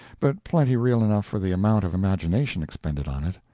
but plenty real enough for the amount of imagination expended on it.